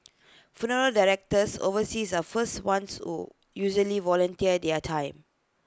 funeral directors overseas are first ones who usually volunteer their time